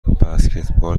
بسکتبال